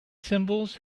symbols